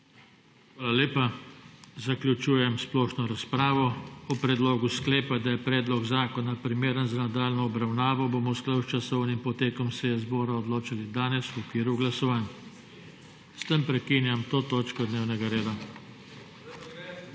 Hvala lepa. Zaključujem splošno razpravo. O predlogu sklepa, da je predlog zakona primeren za nadaljnjo obravnavo, bomo v skladu s časovnim potekom seje zbora odločali danes v okviru glasovanj. S tem prekinjam to točko dnevnega reda.